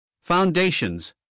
Foundations